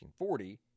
1940